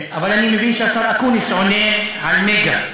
אבל אני מבין שהשר אקוניס עונה על "מגה".